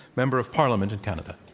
member of parliament in canada.